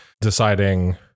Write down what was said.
deciding